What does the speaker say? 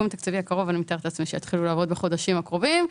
אני מתארת לעצמי שיתחילו לעבוד עליו בחודשים הקרובים.